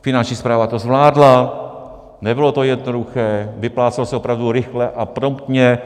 Finanční správa to zvládla, nebylo to jednoduché, vyplácelo se opravdu rychle a promptně.